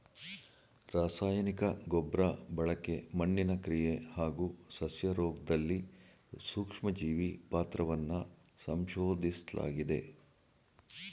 ರಾಸಾಯನಿಕ ಗೊಬ್ರಬಳಕೆ ಮಣ್ಣಿನ ಕ್ರಿಯೆ ಹಾಗೂ ಸಸ್ಯರೋಗ್ದಲ್ಲಿ ಸೂಕ್ಷ್ಮಜೀವಿ ಪಾತ್ರವನ್ನ ಸಂಶೋದಿಸ್ಲಾಗಿದೆ